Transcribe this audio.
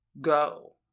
go